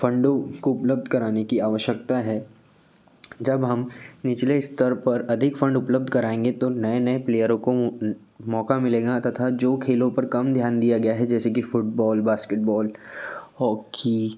फ़ंडों को उपलब्ध कराने की आवश्यकता है जब हम निचले स्तर पर अधिक फ़ंड उपलब्ध कराएंगे तो नए नए प्लेयरों को मौक़ा मिलेगा तथा जो खेलों पर कम ध्यान दिया गया है जैसे कि फुटबॉल बास्केटबॉल हॉकी